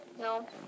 No